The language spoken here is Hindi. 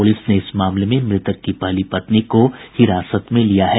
पुलिस ने इस मामले में मृतक की पहली पत्नी को हिरासत में लिया है